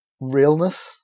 realness